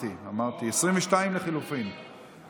22 לחלופין לא